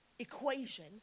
Equation